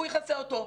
הוא יכסה אותו,